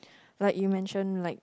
like you mentioned like